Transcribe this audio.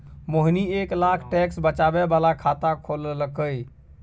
मोहिनी एक लाख टैक्स बचाबै बला खाता खोललकै